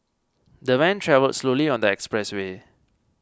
the van travelled slowly on the expressway